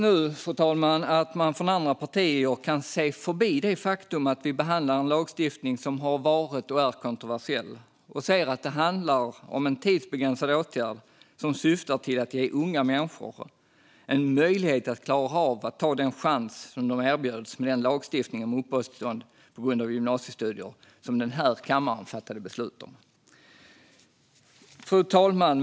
Jag hoppas att man från andra partier kan se förbi det faktum att vi behandlar en lagstiftning som har varit och är kontroversiell och ser att det handlar om en tidsbegränsad åtgärd som syftar till att ge unga människor en möjlighet att ta den chans som erbjöds dem genom den lagstiftning om uppehållstillstånd på grund av gymnasiestudier som kammaren fattade beslut om. Fru talman!